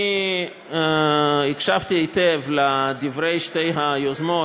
אני הקשבתי היטב לדברי שתי היוזמות,